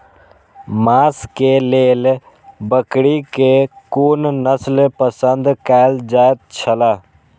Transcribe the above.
मांस के लेल बकरी के कुन नस्ल पसंद कायल जायत छला?